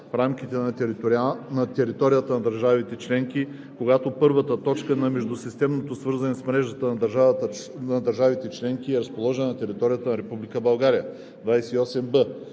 в рамките на територията на държавите членки, когато първата точка на междусистемно свързване с мрежата на държавите членки е разположена на територията на